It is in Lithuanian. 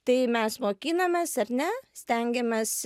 tai mes mokinamės ar ne stengiamės